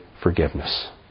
forgiveness